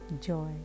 joy